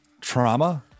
trauma